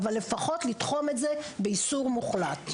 אבל לפחות לתחום את זה באיסור מוחלט.